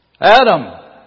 Adam